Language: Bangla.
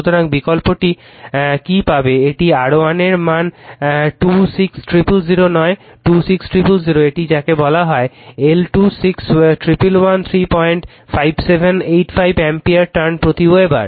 সুতরাং বিকল্পটি কি পাবে এটি R1 এর মান 26000 নয় 26000 এটি যাকে বলা হয় L2611135785 অ্যাম্পিয়ার টার্ণ প্রতি ওয়েবার